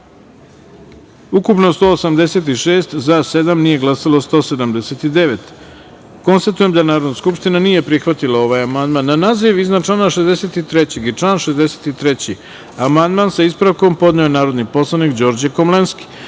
ukupno – 186, za – sedam, nije glasalo 179.Konstatujem da Narodna skupština nije prihvatila ovaj amandman. Na naziv iznad člana 62. i član 62. amandman sa ispravkom je podneo narodni poslanik Đorđe Komlenski. Stavljam